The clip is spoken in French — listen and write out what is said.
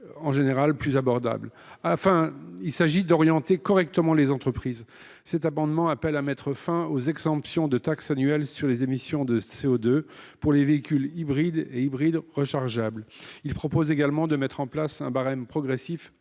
en général plus abordables. Afin d’orienter correctement les entreprises, cet amendement vise à mettre fin aux exemptions de taxe annuelle sur les émissions de CO2 pour les véhicules hybrides et hybrides rechargeables. Il tend également à mettre en place un barème progressif